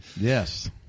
Yes